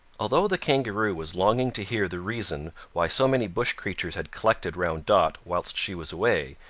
although the kangaroo was longing to hear the reason why so many bush creatures had collected round dot whilst she was away,